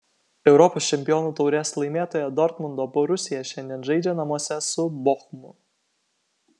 europos čempionų taurės laimėtoja dortmundo borusija šiandien žaidžia namuose su bochumu